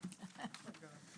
הישיבה ננעלה בשעה 10:13.